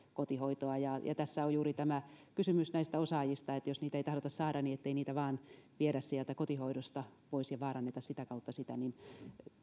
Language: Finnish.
kotihoitoa tässä on juuri tämä kysymys näistä osaajista jos niitä ei tahdota saada niin ettei niitä vaan viedä sieltä kotihoidosta pois ja vaaranneta sitä kautta sitä